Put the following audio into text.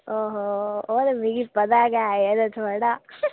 ओहो ओह् ते मिगी पता गै ऐ यरो थुआढ़ा